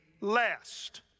last